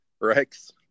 Rex